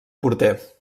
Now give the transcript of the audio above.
porter